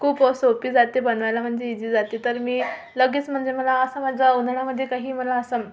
खूप सोपी जाते बनवायला म्हणजे इझी जाते तर मी लगेच म्हणजे मला असं माझ्या उन्हाळ्यामध्ये काही मला असं मग